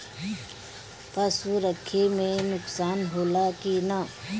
पशु रखे मे नुकसान होला कि न?